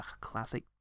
classic